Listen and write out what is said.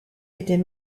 était